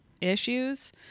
issues